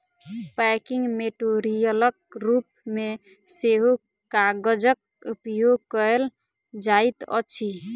packing मेटेरियलक रूप मे सेहो कागजक उपयोग कयल जाइत अछि